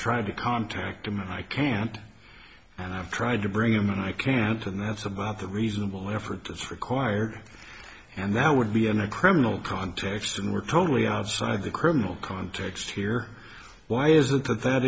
tried to contact him and i can't and i've tried to bring him and i can't and that's about the reasonable effort that's required and that would be in a criminal context and we're totally outside the criminal context here why is th